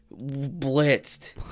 blitzed